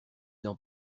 d’en